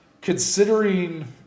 considering